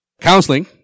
counseling